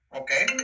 okay